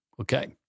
Okay